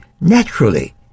naturally